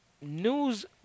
news